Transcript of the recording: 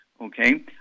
okay